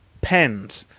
pens,